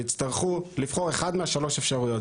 ויצטרכו לבחור אחד משלוש אפשרויות.